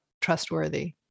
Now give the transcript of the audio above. trustworthy